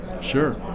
Sure